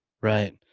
Right